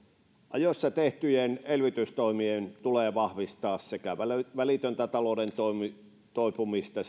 ajoissa tehtyjen elvytystoimien tulee vahvistaa sekä välitöntä talouden toipumista